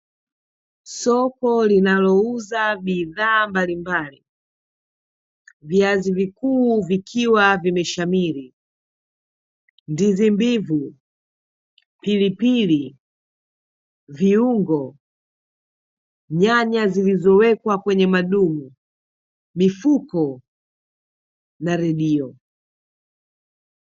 Soko linalouza bidhaa mbalimbali, viazi vikuu vikiwa vimeshamiri, ndizi mbivu, pilipili, viungo, nyanya zilizowekwa kwenye madumu, mifuko na redio.